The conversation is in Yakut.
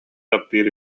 таптыыр